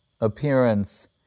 appearance